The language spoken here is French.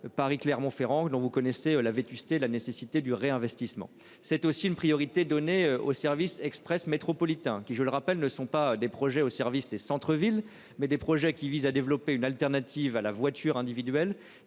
Paris-Clermont-Ferrand ou dont vous connaissez la vétusté la nécessité du réinvestissement. C'est aussi une priorité donnée au service Express métropolitain qui je le rappelle, ne sont pas des projets au service des centre-ville mais des projets qui vise à développer une alternative à la voiture individuelle